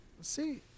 see